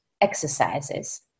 exercises